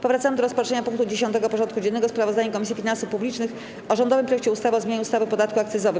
Powracamy do rozpatrzenia punktu 10. porządku dziennego: Sprawozdanie Komisji Finansów Publicznych o rządowym projekcie ustawy o zmianie ustawy o podatku akcyzowym.